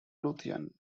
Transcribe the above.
lothian